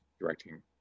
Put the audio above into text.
directing